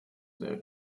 sehr